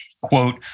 Quote